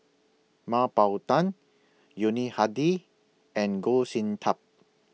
Mah Bow Tan Yuni Hadi and Goh Sin Tub